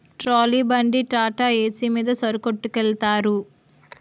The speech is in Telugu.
ట్రాలీ బండి టాటాఏసి మీద సరుకొట్టికెలతారు